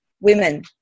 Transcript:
women